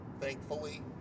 thankfully